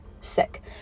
sick